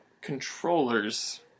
controllers